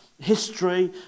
history